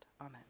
Amen